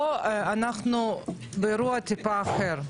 פה אנחנו באירוע טיפה אחר,